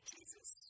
Jesus